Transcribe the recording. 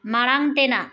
ᱢᱟᱲᱟᱝ ᱛᱮᱱᱟᱜ